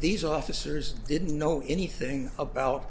these officers didn't know anything about